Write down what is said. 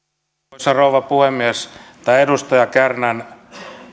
arvoisa rouva puhemies tämä edustaja kärnän